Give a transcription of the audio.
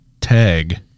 tag